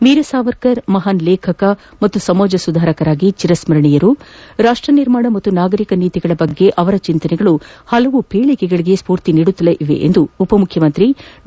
ವೀರ ಸಾವರ್ಕರ್ ಮಹಾನ್ ಲೇಖಕ ಮತ್ತು ಸಮಾಜ ಸುಧಾರಕರಾಗಿ ಚಿರಸ್ಕರಣೀಯರು ರಾಷ್ಟ ನಿರ್ಮಾಣ ಮತ್ತು ನಾಗರಿಕ ನೀತಿಗಳ ಬಗ್ಗೆ ಅವರ ಚಿಂತನೆಗಳು ಹಲವು ಪೀಳಿಗೆಗಳಿಗೆ ಸ್ಪೊರ್ತಿ ನೀಡುತ್ತಲೇ ಇವೆ ಎಂದು ಉಪ ಮುಖ್ಯಮಂತ್ರಿ ಡಾ